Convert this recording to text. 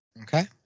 Okay